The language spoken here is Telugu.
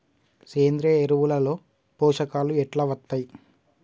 సేంద్రీయ ఎరువుల లో పోషకాలు ఎట్లా వత్తయ్?